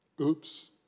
Oops